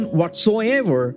whatsoever